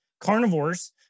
carnivores